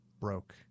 broke